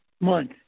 Month